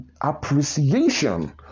appreciation